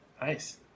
Nice